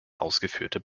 ausgeführte